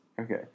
Okay